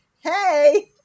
hey